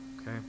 okay